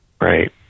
Right